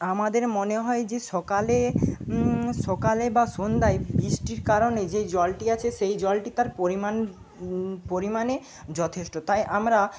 আমাদের মনে হয় যে সকালে সকালে বা সন্ধ্যায় বৃষ্টির কারণে যেই জলটি আছে সেই জলটি তার পরিমাণ পরিমাণে যথেষ্ট তাই আমরা